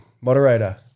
moderator